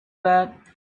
that